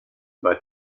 war